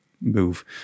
move